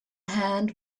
hand